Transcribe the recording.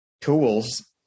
tools